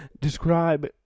Describe